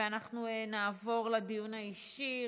אנחנו נעבור לדיון האישי.